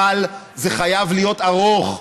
אבל זה חייב להיות ארוך.